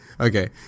Okay